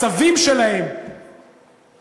הסבים שלהם